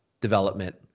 development